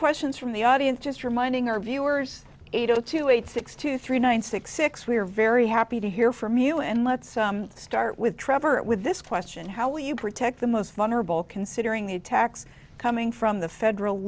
questions from the audience just reminding our viewers eight zero two eight six two three nine six six we're very happy to hear from you and let's start with trevor with this question how would you protect the most vulnerable considering the attacks coming from the federal